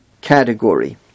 category